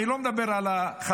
אני לא מדבר על החלשים,